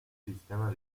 sistema